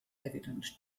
evident